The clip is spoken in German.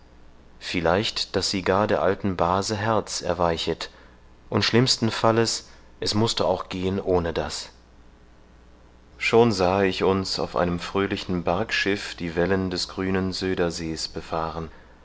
vielleicht daß sie gar der alten base herz erweichet und schlimmsten falles es mußte auch gehen ohne das schon sahe ich uns auf einem fröhlichen barkschiff die wellen des grünen zuidersees befahren